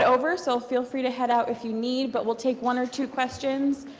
over, so feel free to head out if you need. but we'll take one or two questions.